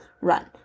run